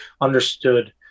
understood